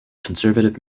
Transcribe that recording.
conservative